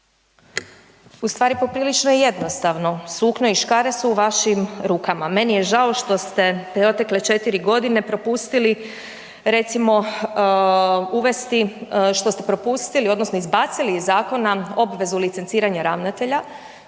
Ustvari poprilično je jednostavno, sukno i škare su u vašim rukama. Meni je žao što ste protekle 4.g. propustili recimo uvesti, što ste propustili odnosno izbacili iz zakona obvezu licenciranja ravnatelja